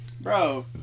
bro